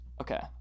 Okay